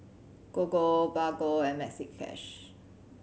Gogo Bargo and Maxi Cash